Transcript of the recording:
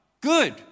Good